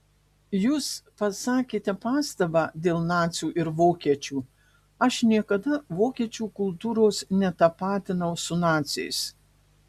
jūs pasakėte pastabą dėl nacių ir vokiečių aš niekada vokiečių kultūros netapatinau su naciais